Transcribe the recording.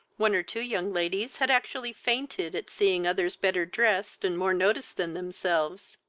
one or two young ladies had actually fainted at seeing others better dressed and more noticed than themselves.